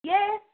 Yes